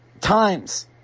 times